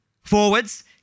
Forwards